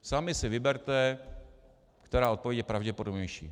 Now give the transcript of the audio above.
Sami si vyberte, která odpověď je pravděpodobnější.